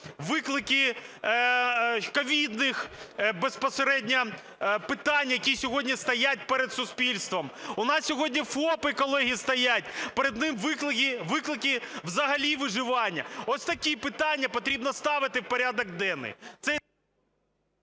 виклики ковідних безпосередньо питань, які сьогодні стоять перед суспільством. У нас сьогодні ФОП, колеги, стоять. Перед ними виклики взагалі виживання. Ось такі питання потрібно ставити в порядок денний.